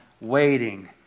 waiting